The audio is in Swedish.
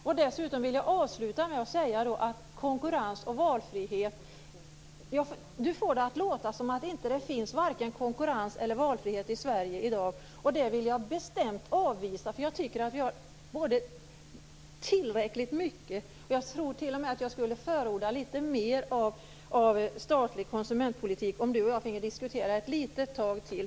Avslutningsvis vill jag när det gäller detta med konkurrens och valfrihet säga att Marietta de Pourbaix-Lundin får det att låta som att det inte finns vare sig konkurrens eller valfrihet i Sverige i dag. Det vill jag bestämt avvisa. Jag tycker att vi har tillräckligt mycket därav. Jag tror t.o.m. att jag skulle förorda litet mer av statlig konsumentpolitik om vi båda fick diskutera detta en liten stund till.